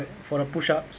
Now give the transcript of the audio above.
for the push-ups